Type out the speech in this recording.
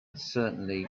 certainly